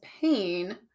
pain